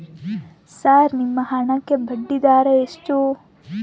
Sir ನಿಮ್ಮ ಹಣಕ್ಕೆ ಬಡ್ಡಿದರ ಎಷ್ಟು?